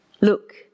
look